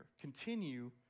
Continue